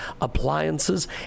appliances